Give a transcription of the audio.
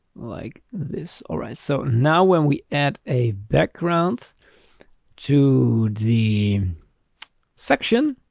like this. alright, so now when we add a background to the section,